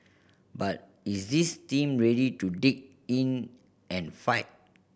but is this team ready to dig in and fight